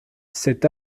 cet